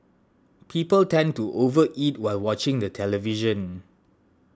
people tend to over eat while watching the television